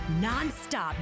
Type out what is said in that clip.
Nonstop